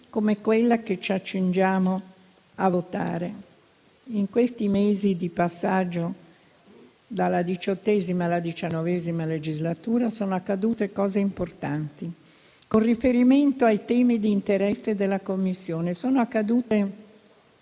come quella che ci accingiamo a votare. In questi mesi di passaggio dalla XVIII alla XIX legislatura sono accadute cose importanti, con riferimento ai temi di interesse della Commissione, su scala